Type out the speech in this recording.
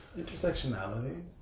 Intersectionality